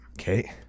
Okay